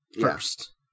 First